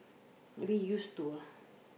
maybe used to